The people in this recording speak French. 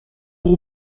pour